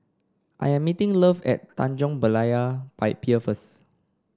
I am meeting Love at Tanjong Berlayer Pie Pier first